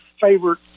favorite